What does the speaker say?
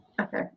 Okay